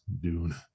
Dune